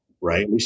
right